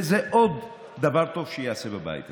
וזה עוד דבר טוב שייעשה בבית הזה.